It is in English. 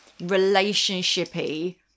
relationshipy